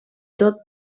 tot